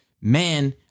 man